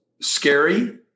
scary